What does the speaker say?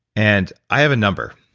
and i have a number.